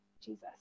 Jesus